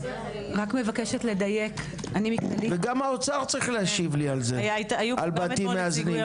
גם האוצר צריך להשיב לי על בתים מאזנים.